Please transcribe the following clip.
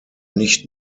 nicht